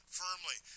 firmly